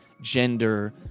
gender